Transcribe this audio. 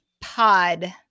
pod